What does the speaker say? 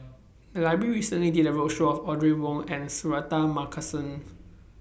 The Library recently did A roadshow on Audrey Wong and Suratman Markasan